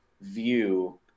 view